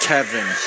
...Kevin